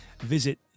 Visit